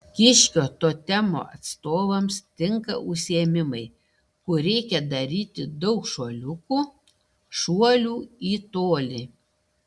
kiškio totemo atstovams tinka užsiėmimai kur reikia daryti daug šuoliukų šuolių į tolį